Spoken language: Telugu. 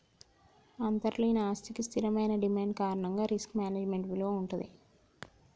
అంతర్లీన ఆస్తికి స్థిరమైన డిమాండ్ కారణంగా రిస్క్ మేనేజ్మెంట్ విలువ వుంటది